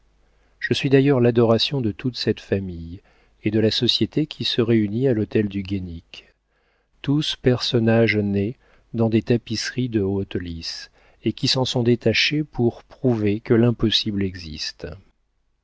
je suis d'ailleurs l'adoration de toute cette famille et de la société qui se réunit à l'hôtel du guénic tous personnages nés dans des tapisseries de haute lice et qui s'en sont détachés pour prouver que l'impossible existe